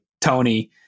Tony